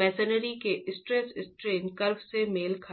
masonry के stress strain curve से मेल खाता है